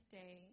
day